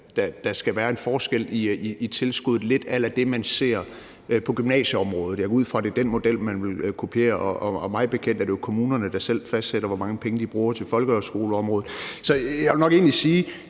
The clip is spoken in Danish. der skal være en forskel i tilskuddet lidt a la det, man ser på gymnasieområdet. Jeg går ud fra, det er den model, man vil kopiere, og mig bekendt er det jo kommunerne, der selv fastsætter, hvor mange penge de bruger til folkeskoleområdet. Så jeg vil nok egentlig sige,